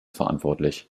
verantwortlich